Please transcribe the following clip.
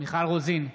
מיכל רוזין,